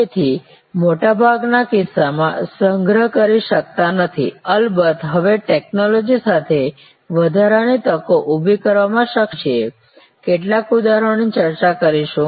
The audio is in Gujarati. તેથી મોટાભાગના કિસ્સાઓમાં સંગ્રહ કરી શકતા નથી અલબત્ત હવે ટેક્નોલોજી સાથે વધારાની તકો ઊભી કરવામાં સક્ષમ છીએ કેટલાક ઉદાહરણોની ચર્ચા કરીશું